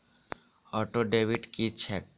Auto debit की छैक?